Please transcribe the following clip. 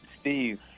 Steve